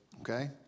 Okay